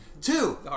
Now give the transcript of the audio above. Two